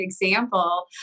example